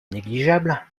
négligeable